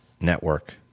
network